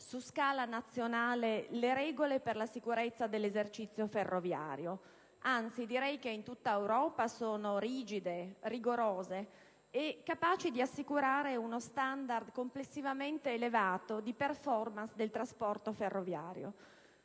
su scala nazionale le regole per la sicurezza dell'esercizio ferroviario; anzi, direi che in tutta Europa sono rigide, rigorose e capaci di assicurare uno standard complessivamente elevato di *performance* del trasporto ferroviario.